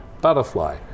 Butterfly